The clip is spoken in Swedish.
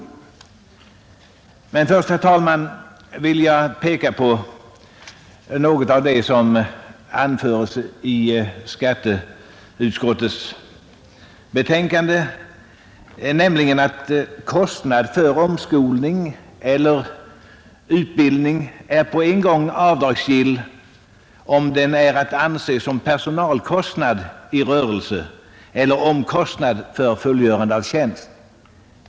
Låt mig först, herr talman, peka på något av vad som anföres i skatteutskottets betänkande, nämligen att kostnad för omskolning eller utbildning är avdragsgill vid taxeringen, om den är att anse som personalkostnad i rörelse eller omkostnad för fullgörande av tjänst.